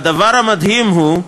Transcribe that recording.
הדבר המדהים הוא,